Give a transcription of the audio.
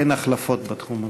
אין החלפות בתחום הזה.